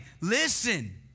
listen